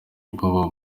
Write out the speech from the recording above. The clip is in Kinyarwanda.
ubwoba